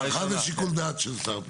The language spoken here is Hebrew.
הארכה זה שיקול דעת של שר הפנים.